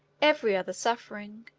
every other suffering,